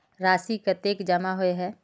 राशि कतेक जमा होय है?